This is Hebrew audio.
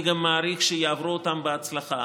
אני גם מעריך שיעברו אותם בהצלחה.